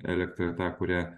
elektrą tą kurią